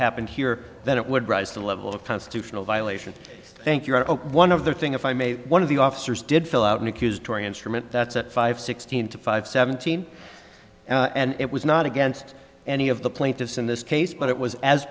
happened here that it would rise to the level of constitutional violation thank you are one of the thing if i may one of the officers did fill out an accused tory instrument that's at five sixteen to five seventeen and it was not against any of the plaintiffs in this case but it was as